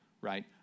right